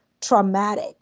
traumatic